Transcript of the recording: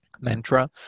mantra